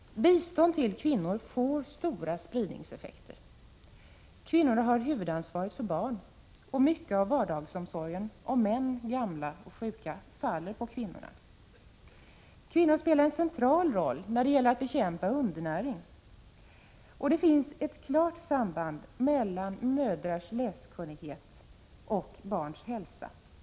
Bistånd till kvinnor får stora spridningseffekter. Kvinnorna har huvudansvaret för barn, och mycket av vardagsomsorgen om män, gamla och sjuka faller på kvinnorna. Kvinnor spelar en central roll när det gäller att bekämpa undernäring. Det finns ett klart samband mellan mödrars läskunnighet och barns hälsa.